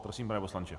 Prosím, pane poslanče.